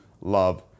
love